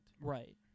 Right